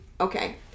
okay